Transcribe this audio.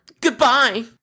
Goodbye